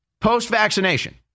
Post-vaccination